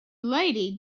lady